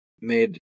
made